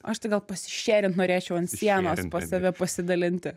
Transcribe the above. aš tai gal pasišerint norėčiau ant sienos pas save pasidalinti